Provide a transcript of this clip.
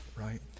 right